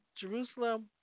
Jerusalem